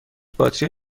باتری